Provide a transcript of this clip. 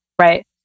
Right